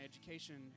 education